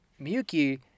miyuki